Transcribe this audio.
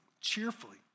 cheerfully